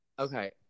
Okay